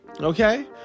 Okay